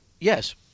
Yes